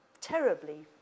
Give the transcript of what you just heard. terribly